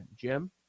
Jim